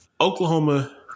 Oklahoma